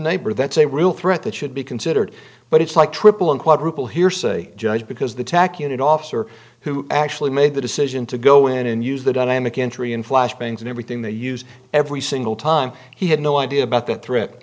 neighbor that's a real threat that should be considered but it's like triple and quadruple hearsay just because the tac unit officer who actually made the decision to go in and use the dynamic entry in flash bangs and everything they use every single time he had no idea about the threat